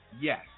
Yes